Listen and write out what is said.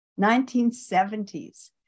1970s